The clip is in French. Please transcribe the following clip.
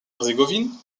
herzégovine